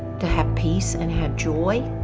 to have peace and have joy,